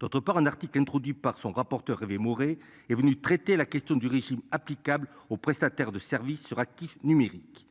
D'autre part un article, introduit par son rapporteur rêver Maurer est venu traiter la question du régime applicable au prestataire de service sera kif numérique